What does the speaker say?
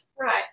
Right